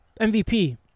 MVP